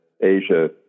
Asia